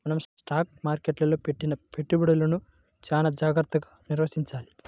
మనం స్టాక్ మార్కెట్టులో పెట్టిన పెట్టుబడులను చానా జాగర్తగా నిర్వహించాలి